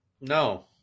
No